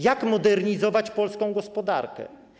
Jak modernizować polską gospodarkę?